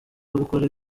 gukora